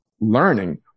learning